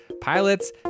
pilots